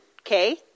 okay